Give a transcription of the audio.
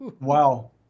Wow